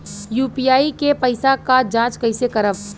UPI के पैसा क जांच कइसे करब?